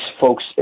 folks